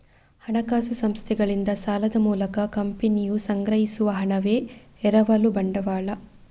ಹಣಕಾಸು ಸಂಸ್ಥೆಗಳಿಂದ ಸಾಲದ ಮೂಲಕ ಕಂಪನಿಯು ಸಂಗ್ರಹಿಸುವ ಹಣವೇ ಎರವಲು ಬಂಡವಾಳ